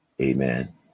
Amen